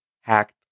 hacked